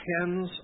tens